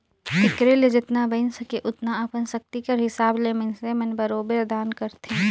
तेकरे ले जेतना बइन सके ओतना अपन सक्ति कर हिसाब ले मइनसे मन बरोबेर दान करथे